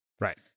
Right